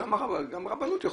גם הרבנות יכולה,